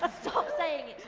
ah stop saying it